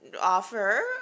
offer